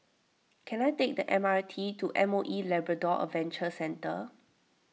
can I take the M R T to M O E Labrador Adventure Centre